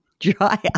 Dry